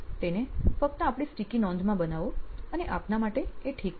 તેને ફક્ત આપણી સ્ટિકી નોંધમાં બનાવો અને આપના માટે એ ઠીક થશે